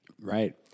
Right